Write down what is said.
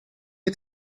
het